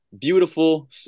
beautiful